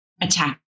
attack